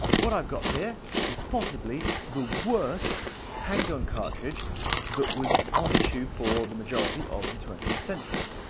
what i've got here is possibly the worst handgun cartridge that was on issue for the majority of the twentieth century.